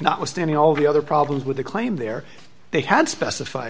notwithstanding all the other problems with the claim there they had specified